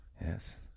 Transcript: Yes